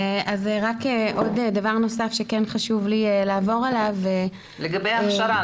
רק עוד דבר נוסף שכן חשוב לי לעבור עליו --- לגבי ההכשרה,